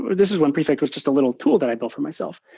this is when prefect was just a little tool that i built for myself.